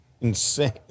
insane